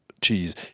cheese